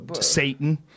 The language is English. Satan